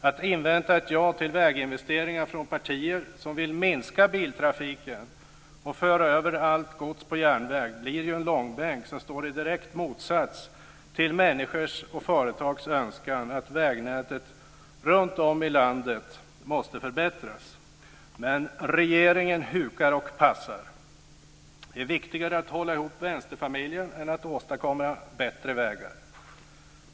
Att invänta ett ja till väginvesteringar från partier som vill minska biltrafiken och föra över allt gods på järnväg blir ju en långbänk som står i direkt motsats till människors och företags önskan om att vägnätet runtom i landet måste förbättras, men regeringen hukar och passar. Det är viktigare att hålla ihop vänsterfamiljen än att åstadkomma bättre vägar.